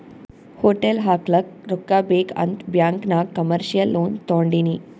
hotel ಹಾಕ್ಲಕ್ ರೊಕ್ಕಾ ಬೇಕ್ ಅಂತ್ ಬ್ಯಾಂಕ್ ನಾಗ್ ಕಮರ್ಶಿಯಲ್ ಲೋನ್ ತೊಂಡಿನಿ